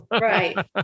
right